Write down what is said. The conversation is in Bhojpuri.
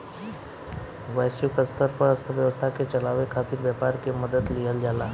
वैश्विक स्तर पर अर्थव्यवस्था के चलावे खातिर व्यापार के मदद लिहल जाला